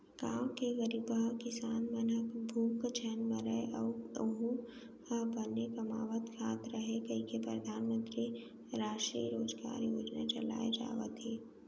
गाँव के गरीबहा किसान मन ह भूख झन मरय अउ ओहूँ ह बने कमावत खात रहय कहिके परधानमंतरी रास्टीय रोजगार योजना चलाए जावत हे